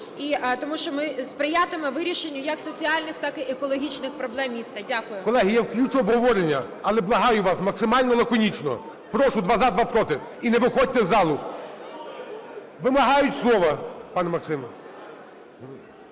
тому що ми сприятимемо вирішенню як соціальних, так і екологічних проблем міста. Дякую. ГОЛОВУЮЧИЙ. Колеги, я включу обговорення. Але благаю вас, максимально лаконічно. Прошу: два – за, два – проти. І не виходьте з залу. Вимагають слово, пане Максим.